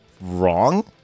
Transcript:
wrong